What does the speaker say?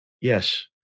Yes